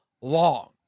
long